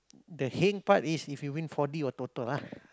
the heng part is if you win four-D or Toto ah